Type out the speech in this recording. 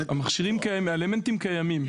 האלמנטים קיימים,